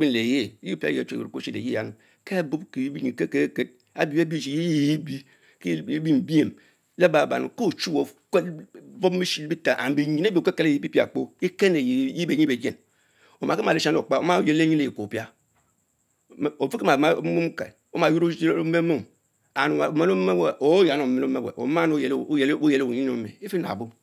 le yie, yen prate cachie yuon ekubithi levich kekbobkit- be yeh benyin kedked ked cubie yie abee chie yeah ebie, kie-th bieme brièm, Laba bana keh chuwe Okul bom eshich le buten and benyin th bie okekel epie pie-ya kpo, kan le yeh beh nyin begin, omakie man lezhani oкрa omaa oyedi lee nym the kpo opia, ofieki mama leome mom and oborle ome oyamni ome leome owe, oma oyeli wunyin ome efinabo.